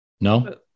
no